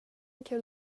kul